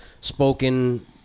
spoken